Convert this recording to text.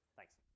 Thanks